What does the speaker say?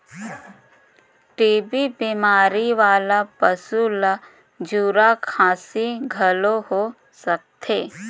TB बेमारी वाला पसू ल झूरा खांसी घलो हो सकथे